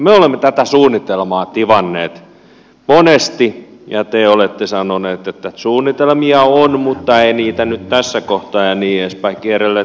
me olemme tätä suunnitelmaa tivanneet monesti ja te olette sanoneet että suunnitelmia on mutta ei niitä nyt tässä kohtaa ja niin edelleen